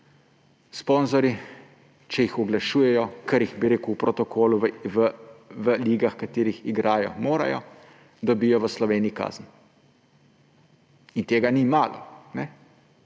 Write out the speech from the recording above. stavnice, če jih oglašujejo, kar jih v protokolu v ligah, v katerih igrajo, morajo, dobijo v Sloveniji kazen. In tega ni malo.